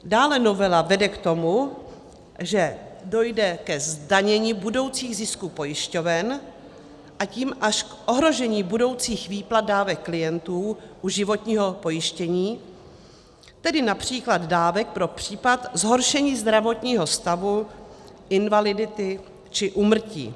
Dále novela vede k tomu, že dojde ke zdanění budoucích zisků pojišťoven, a tím až k ohrožení budoucích výplat dávek klientů u životního pojištění, tedy např. dávek pro případ zhoršení zdravotního stavu, invalidity či úmrtí.